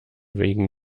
wegen